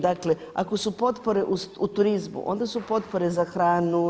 Dakle, ako su potpore u turizmu, onda su potpore za hranu.